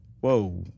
whoa